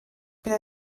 bydd